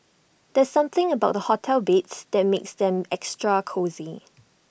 there's something about hotel beds that makes them extra cosy